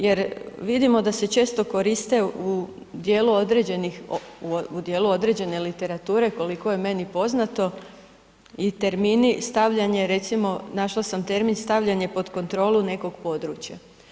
Jer vidimo da se često koriste u dijelu određenih, u dijelu određene literature koliko je meni poznato i termini stavljanje recimo, našla sam termin stavljanje pod kontrolu nekog područja.